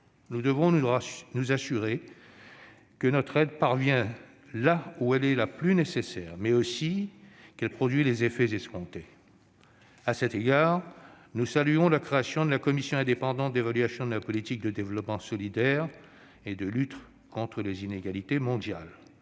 Nous devons nous assurer que notre aide parvient là où elle est la plus nécessaire, mais aussi qu'elle produit les effets escomptés. À cet égard, nous saluons la création de la commission indépendante d'évaluation de la politique de développement solidaire et de lutte contre les inégalités mondiales.